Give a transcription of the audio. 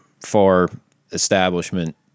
far-establishment